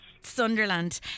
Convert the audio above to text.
Sunderland